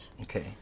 Okay